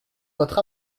votre